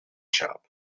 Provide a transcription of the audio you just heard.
shop